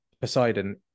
Poseidon